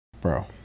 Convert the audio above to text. Bro